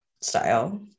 style